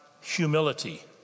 humility